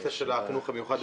נושא של החינוך המיוחד,